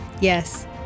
Yes